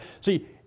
See